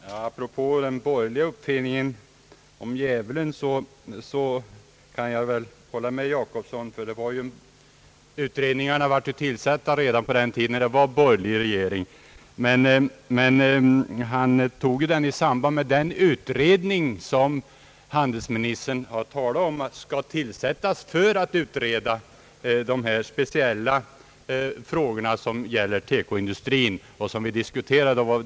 Herr talman! Apropå den borgerliga uppfinningen med djävulen kan jag hålla med herr Jacobsson, ty utredningar var ju tillsatta redan på den tiden då det var borgerlig regering. Men han använde uttrycket i samband med den utredning, som enligt vad handelsministern sagt skall tillsättas för att utreda de speciella frågor som gäller TK-industrin och som vi diskuterade.